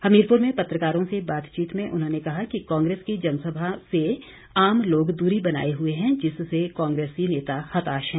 हमीरपुर में पत्रकारों से बातचीत में उन्होंने कहा कि कांग्रेस की जनसभा से आम लोग दूरी बनाए हुए हैं जिससे कांग्रेसी नेता हताश हैं